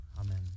Amen